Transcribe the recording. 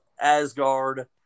Asgard